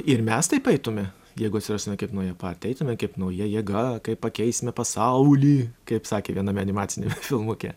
ir mes taip eitume jeigu atsirastume kaip nauja partija eitume kaip nauja jėga kaip pakeisime pasaulį kaip sakė viename animaciniame filmuke